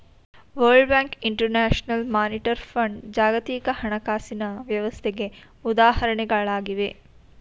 world bank, international monetary fund ಜಾಗತಿಕ ಹಣಕಾಸಿನ ವ್ಯವಸ್ಥೆಗೆ ಉದಾಹರಣೆಗಳಾಗಿವೆ